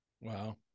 Wow